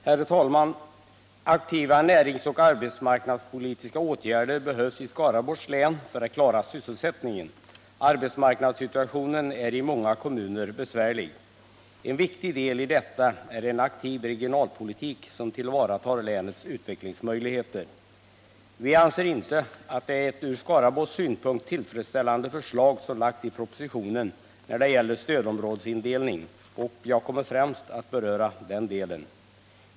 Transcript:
Herr talman! Aktiva näringsoch arbetsmarknadspolitiska åtgärder behövs i Skaraborgs län för att klara sysselsättningen. Arbetsmarknadssituationen är i många kommuner besvärlig. En viktig del i detta är en aktiv regionpolitik som tillvaratar länets utvecklingsmöjligheter. Vi anser att det inte är ett ur Skaraborgs synpunkt tillfredsställande förslag som lagts i propositionen när det gäller stödområdesindelning, och jag kommer främst att beröra den delen.